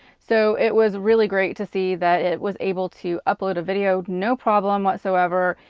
so it was really great to see that it was able to upload a video, no problem whatsoever,